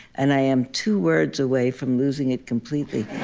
and i am two words away from losing it completely.